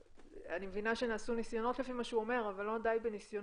אני מבינה שנעשו ניסיונות לפי מה שהוא אומר אבל לא די בנסיונות.